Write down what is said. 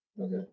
Okay